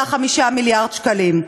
נוסף של 1.5 מיליארד שקלים.